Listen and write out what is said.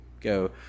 go